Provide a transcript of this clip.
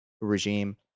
regime